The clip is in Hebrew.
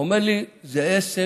הוא אומר לי: זה עסק